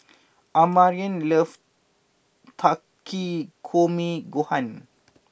Amarion loves Takikomi Gohan